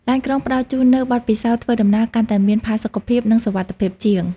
ឡានក្រុងផ្តល់ជូននូវបទពិសោធន៍ធ្វើដំណើរកាន់តែមានផាសុកភាពនិងសុវត្ថិភាពជាង។